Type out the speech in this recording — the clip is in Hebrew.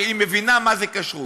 שהיא מבינה מה זה כשרות.